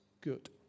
good